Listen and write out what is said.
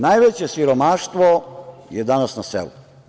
Najveće siromaštvo je danas na selu.